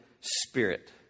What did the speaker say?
spirit